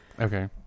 Okay